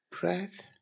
breath